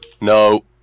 No